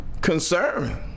concern